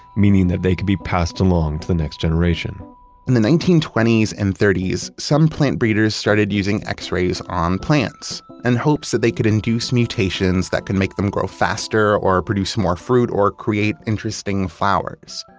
meaning that they could be passed along to the next generation in the nineteen twenty s and thirties some plant breeders started using x-rays on plants, in and hopes that they could induce mutations that can make them grow faster or produce more fruit or create interesting flowers.